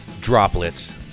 droplets